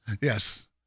Yes